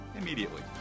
immediately